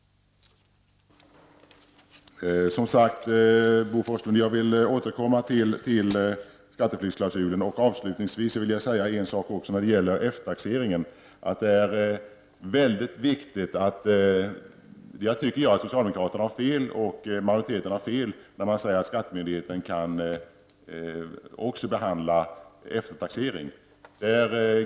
Som sagt, Bo Forslund, återkommer jag till frågan om skattetrycksklausulen. Avslutningsvis vill jag säga en sak om eftertaxering. Jag tycker att majoriteten har fel när den säger att skattemyndigheten också skall behandla eftertaxeringen.